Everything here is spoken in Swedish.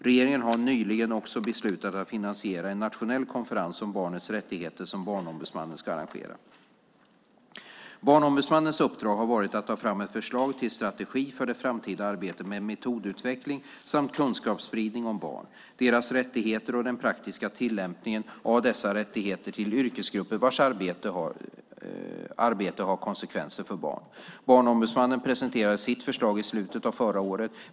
Regeringen har nyligen också beslutat att finansiera en nationell konferens om barnets rättigheter som Barnombudsmannen ska arrangera. Barnombudsmannens uppdrag har varit att ta fram ett förslag till strategi för det framtida arbetet med metodutveckling samt kunskapsspridning om barn, deras rättigheter och den praktiska tillämpningen av dessa rättigheter till yrkesgrupper vars arbete har konsekvenser för barn. Barnombudsmannen presenterade sitt förslag i slutet av förra året.